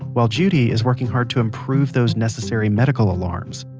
while judy is working hard to improve those necessary medical alarms.